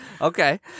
Okay